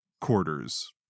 quarters